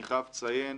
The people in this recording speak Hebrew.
אני חייב לציין,